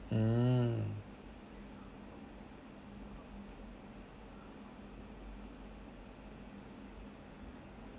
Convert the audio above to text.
mm